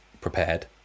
prepared